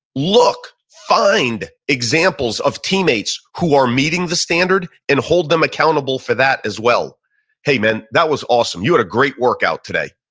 look, find examples of teammates who are meeting the standard and hold them accountable for that as well hey man, that was awesome. you had a great workout today.